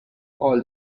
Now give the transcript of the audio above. called